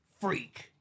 freak